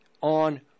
on